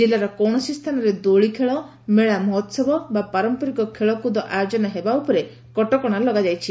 ଜିଲ୍ଲାର କୌଣସି ସ୍ଚାନରେ ଦୋଳି ଖେଳ ମେଳା ମହୋହବ ବା ପାରମ୍ମରିକ ଖେଳକୁଦ ଆୟୋଜନ ହେବା ଉପରେ କଟକଣା ଲଗାଯାଇଛି